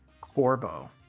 corbo